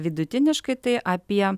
vidutiniškai tai apie